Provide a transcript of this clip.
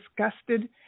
disgusted